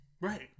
right